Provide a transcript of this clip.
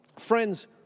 Friends